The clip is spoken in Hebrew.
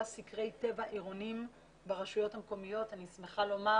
סקרי טבע עירוניים ברשויות המקומיות ואני שמחה לומר